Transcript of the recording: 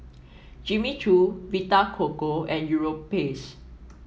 Jimmy Choo Vita Coco and Europace